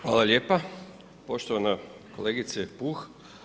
Hvala lijepo, poštovana kolegice Puh.